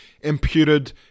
imputed